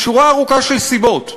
משורה ארוכה של סיבות.